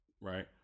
right